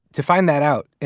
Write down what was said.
to find that out, yeah